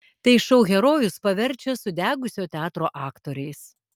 tai šou herojus paverčia sudegusio teatro aktoriais